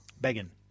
Beggin